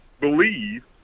believe